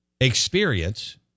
experience